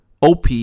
OP